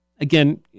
again